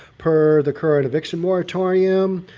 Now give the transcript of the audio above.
per the current eviction moratorium,